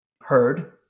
heard